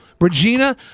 Regina